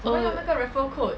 err